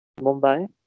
Mumbai